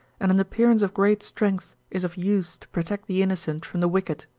and an appearance of great strength is of use to protect the innocent from the wicked.